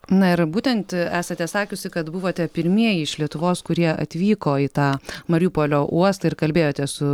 na ir būtent esate sakiusi kad buvote pirmieji iš lietuvos kurie atvyko į tą mariupolio uostą ir kalbėjotės su